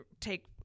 take